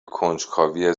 کنجکاوی